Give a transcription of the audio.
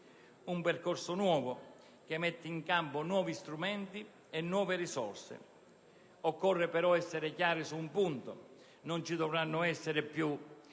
un percorso nuovo che mette in campo nuovi strumenti e nuove risorse. Occorre però essere chiari su un punto: non ci dovranno più essere misure